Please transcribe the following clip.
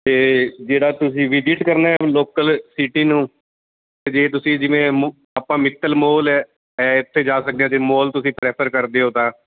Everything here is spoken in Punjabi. ਅਤੇ ਜਿਹੜਾ ਤੁਸੀਂ ਵਿਜਿਟ ਕਰਨਾ ਹੈ ਲੋਕਲ ਸਿਟੀ ਨੂੰ ਜੇ ਤੁਸੀਂ ਜਿਵੇਂ ਮੋ ਆਪਾਂ ਮਿੱਤਲ ਮੋਲ ਹੈ ਇੱਥੇ ਜਾ ਸਕਦੇ ਜੇ ਮੋਲ ਤੁਸੀਂ ਪ੍ਰੈਫਰ ਕਰਦੇ ਹੋ ਤਾਂ